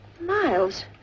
Miles